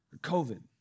COVID